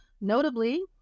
notably